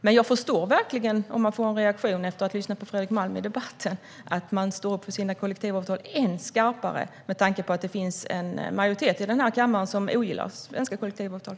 Men jag förstår verkligen om de efter att ha lyssnat på Fredrik Malm i debatten reagerar genom att ännu skarpare stå upp för sina kollektivavtal, med tanke på att det finns en majoritet i den här kammaren som ogillar svenska kollektivavtal.